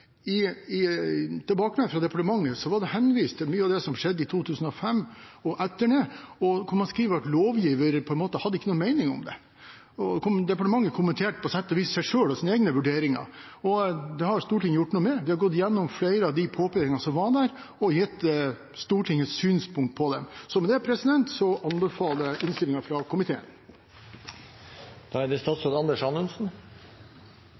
i tilbakemeldingen fra departementet var henvist til mye av det som skjedde i 2005 og etter det, og man skriver at lovgiver ikke hadde noen mening om det. Departementet kommenterte på sett og vis seg selv og sine egne vurderinger. Det har Stortinget gjort noe med. Det har gått igjennom flere av de påpekningene som var der, og gitt Stortingets synspunkt på dem. Med det anbefaler jeg innstillingen fra komiteen.